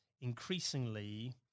increasingly